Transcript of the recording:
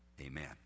Amen